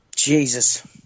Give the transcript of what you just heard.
Jesus